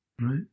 Right